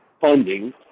funding